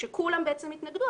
כשכולם בעצם התנגדו?